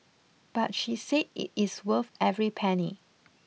but she said it is worth every penny